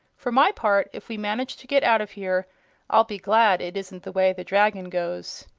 for my part, if we manage to get out of here i'll be glad it isn't the way the dragon goes.